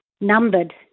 numbered